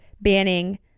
banning